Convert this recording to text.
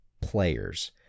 players